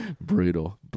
brutal